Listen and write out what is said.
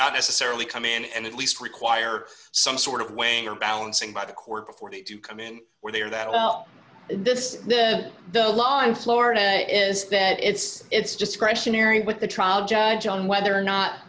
not necessarily come in and at least require some sort of weighing or balancing by the court before they do come in where they are that well this is the law in florida is that it's it's just a question hearing with the trial judge on whether or not